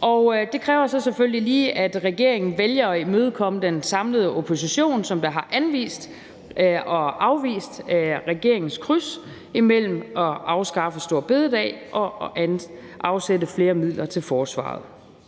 og det kræver så selvfølgelig lige, at regeringen vælger at imødekomme den samlede opposition, som har anvist det her og har afvist regeringens kryds mellem at afskaffe store bededag og at afsætte flere midler til forsvaret.